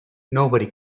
nobody